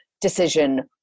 decision